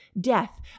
death